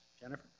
Jennifer